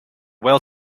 whale